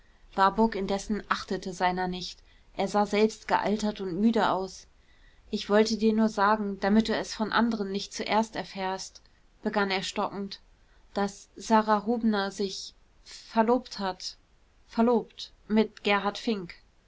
warburg indessen achtete seiner nicht er sah selbst gealtert und müde aus ich wollte dir nur sagen damit du es von anderen nicht zuerst erfährst begann er stockend daß sara rubner sich verlobt hat verlobt mit gerhard fink